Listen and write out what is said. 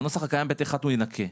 בנוסח הקיים (ב)(1) הוא "ינכה",